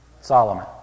Solomon